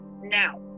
Now